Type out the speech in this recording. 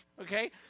okay